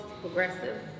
Progressive